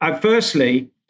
Firstly